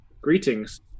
Greetings